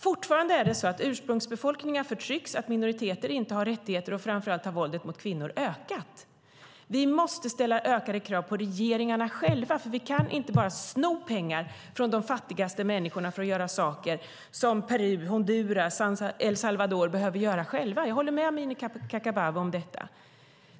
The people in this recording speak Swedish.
Fortfarande är det så att ursprungsbefolkningar förtrycks, att minoriteter inte har rättigheter och framför allt att våldet mot kvinnor har ökat. Vi måste ställa ökade krav regeringarna själva, för vi kan inte bara sno pengar från de fattigaste människorna för att göra saker som Peru, Honduras och El Salvador behöver göra själva. Jag håller med Amineh Kakabaveh om detta.